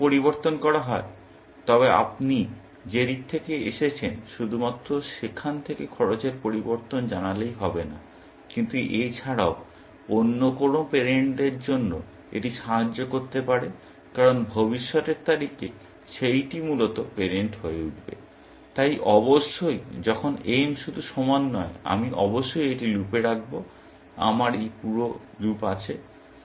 যদি এটি পরিবর্তন করা হয় তবে আপনি যে দিক থেকে এসেছেন শুধুমাত্র সেখান থেকে খরচের পরিবর্তন জানালেই হবে না কিন্তু এছাড়াও অন্য কোনো পেরেন্টদের জন্য এটি সাহায্য করতে পারে কারণ ভবিষ্যতের তারিখে সেইটি মূলত পেরেন্ট হয়ে উঠতে পারে তাই অবশ্যই যখন m শুধু সমান নয় আমি অবশ্যই এটি লুপে রাখব আমার এই পুরো লুপ আছে